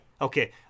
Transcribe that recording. Okay